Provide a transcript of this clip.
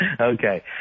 Okay